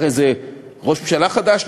הרי זה ראש ממשלה חדש,